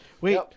Wait